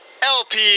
LP